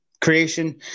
creation